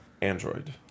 android